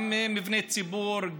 גם מבני ציבור,